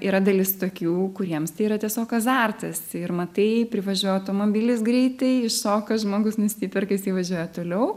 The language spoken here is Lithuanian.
yra dalis tokių kuriems tai yra tiesiog azartas ir matai privažiuoja automobilis greitai iššoka žmogus nusiperka jisai važiuoja toliau